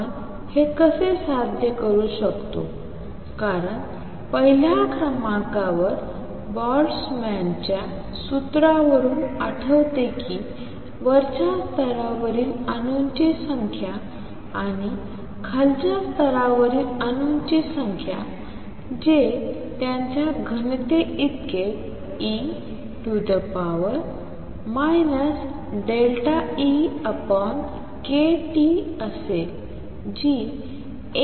आपण हे कसे साध्य करू शकतो कारण पहिल्या क्रमांकावर बोल्टझमॅनच्या सूत्रावरून आठवते की वरच्या स्तरावरील अणूंची संख्या आणि खालच्या स्तरावरील अणूंची संख्या जे त्यांच्या घनतेइतकीच e EkT असेल जी 1